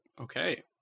Okay